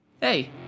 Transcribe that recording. Hey